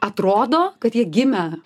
atrodo kad jie gimę